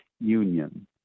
union